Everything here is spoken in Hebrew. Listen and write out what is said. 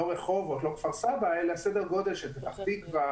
לא רחובות וכפר-סבא אלא סדר גודל של פתח-תקוה,